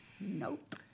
Nope